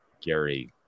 Gary